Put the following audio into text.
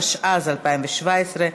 התשע"ז 2017,